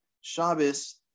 Shabbos